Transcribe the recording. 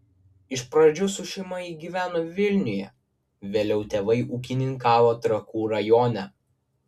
iš pradžių su šeima ji gyveno vilniuje vėliau tėvai ūkininkavo trakų rajone